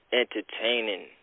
entertaining